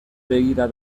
begira